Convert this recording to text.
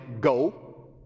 go